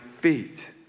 feet